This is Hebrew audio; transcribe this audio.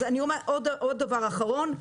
דבר אחרון.